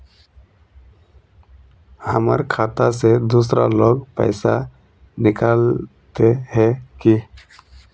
हमर खाता से दूसरा लोग पैसा निकलते है की?